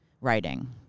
writing